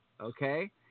Okay